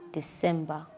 December